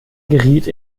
geriet